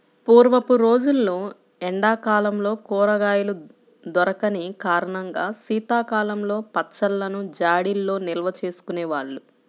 పూర్వపు రోజుల్లో ఎండా కాలంలో కూరగాయలు దొరికని కారణంగా శీతాకాలంలో పచ్చళ్ళను జాడీల్లో నిల్వచేసుకునే వాళ్ళు